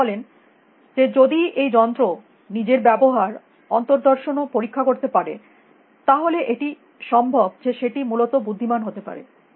তিনি বলেন যে যদি এই যন্ত্র নিজের ব্যবহার অন্তর্দর্শন ও পরীক্ষা করতে পারে তাহলে এটি সম্ভব যে সেটি মূলত বুদ্ধিমান হতে পারে